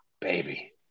Baby